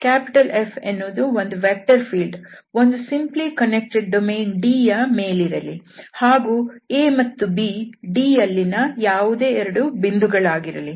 F ಎಂಬ ಒಂದು vector field ಒಂದು ಸಿಂಪ್ಲಿ ಕನ್ನೆಕ್ಟೆಡ್ ಡೊಮೇನ್ D ಮೇಲಿರಲಿ ಹಾಗೂ A ಮತ್ತು B D ಯಲ್ಲಿನ ಯಾವುದೇ 2 ಬಿಂದುಗಳಾಗಿರಲಿ